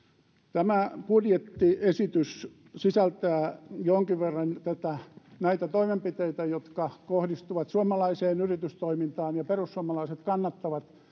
tämä budjettiesitys sisältää jonkin verran näitä toimenpiteitä jotka kohdistuvat suomalaiseen yritystoimintaan ja perussuomalaiset kannattavat